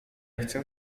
chcę